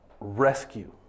rescue